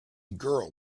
girl